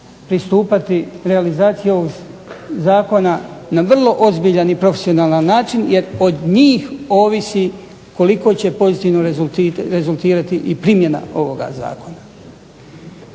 pristupati realizaciji ovoga zakona na vrlo ozbiljan i profesionalan način jer od njih ovisi koliko će pozitivno rezultirati i primjena ovoga zakona.